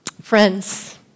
Friends